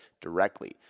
directly